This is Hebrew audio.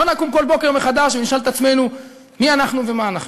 לא נקום כל בוקר מחדש ונשאל את עצמנו מי אנחנו ומה אנחנו.